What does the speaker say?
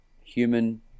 human